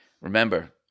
Remember